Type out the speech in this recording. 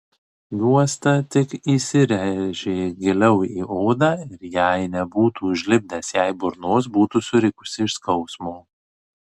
juosta tik įsirėžė giliau į odą ir jei nebūtų užlipdęs jai burnos būtų surikusi iš skausmo